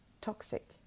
toxic